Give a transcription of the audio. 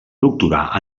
doctorar